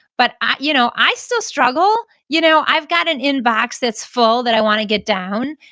but ah you know i still struggle. you know i've got an inbox that's full that i want to get down,